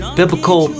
biblical